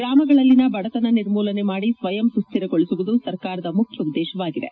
ಗ್ರಾಮಗಳಲ್ಲಿನ ಬಡತನ ನಿರ್ಮೂಲನೆ ಮಾಡಿ ಸ್ವಯಂ ಸುಸ್ವಿರಗೊಳಿಸುವುದು ಸರ್ಕಾರದ ಮುಖ್ಯ ಉದ್ದೇಶವಾಗಿದೆ